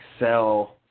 excel